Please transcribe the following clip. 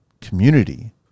community